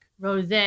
Rose